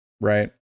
Right